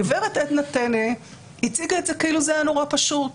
הגב' עדנה טנא הציגה כאילו זה היה נורא פשוט,